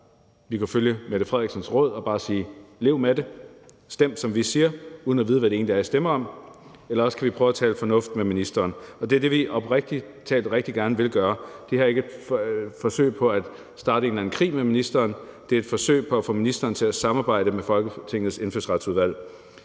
Vi kunne følge Mette Frederiksens råd og bare sige: Lev med det. Stem, som vi siger, uden at vide, hvad det egentlig er, I stemmer om. Eller også kan vi prøve at tale fornuft med ministeren, og det er det, vi oprigtig talt rigtig gerne vil gøre. Det her er ikke et forsøg på at starte en eller anden krig med ministeren. Det er et forsøg på at få ministeren til at samarbejde med Folketingets Indfødsretsudvalg.